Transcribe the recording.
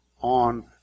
on